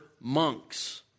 monks